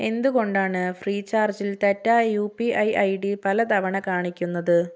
എന്തുകൊണ്ടാണ് ഫ്രീചാർജിൽ തെറ്റായ യുപിഐ ഐഡി പല തവണ കാണിക്കുന്നത്